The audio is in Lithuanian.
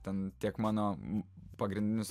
ten tiek mano pagrindinis